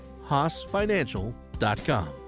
haasfinancial.com